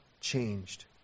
changed